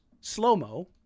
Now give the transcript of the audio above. slow-mo